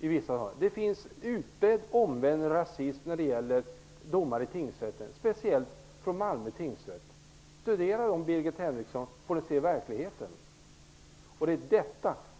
i vissa fall. Det finns en utbredd omvänd rasism när det gäller domar i tingsrätten, speciellt i Malmö tingsrätt. Studera de domarna, Birgit Henriksson! Det är verkligheten.